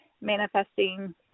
manifesting